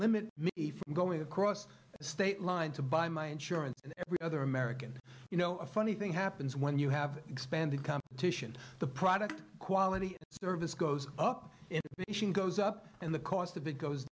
limit if you go across state lines to buy my insurance and every other american you know a funny thing happens when you have expanded competition the product quality service goes up goes up and the cost of it goes